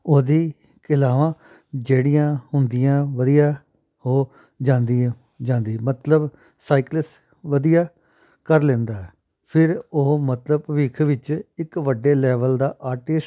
ਉਹਦੀ ਕਲਾਵਾਂ ਜਿਹੜੀਆਂ ਹੁੰਦੀਆਂ ਵਧੀਆ ਉਹ ਜਾਂਦੀਆਂ ਜਾਂਦੀ ਮਤਲਬ ਸਾਈਕਲਸ ਵਧੀਆ ਕਰ ਲੈਂਦਾ ਫਿਰ ਉਹ ਮਤਲਬ ਭਵਿੱਖ ਵਿੱਚ ਇੱਕ ਵੱਡੇ ਲੈਵਲ ਦਾ ਆਰਟਿਸਟ